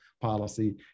policy